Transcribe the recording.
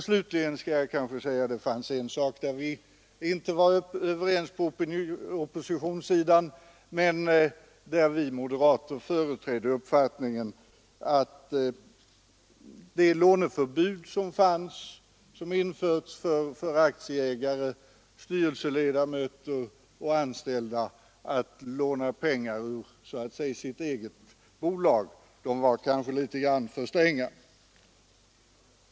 Slutligen skall jag nämna att det också fanns en sak som vi inte var överens om på oppositionssidan. Vi moderater företrädde på den punkten uppfattningen att de förbud som införts för aktieägare, styrelseledamöter och anställda att låna pengar så att säga ur sitt eget bolag var litet för stränga.